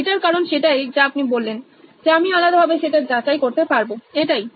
এটার কারণ সেটাই যা আপনি বললেন যে আমি আলাদাভাবে সেটা যাচাই করতে পারবোএটাই